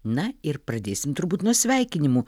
na ir pradėsim turbūt nuo sveikinimų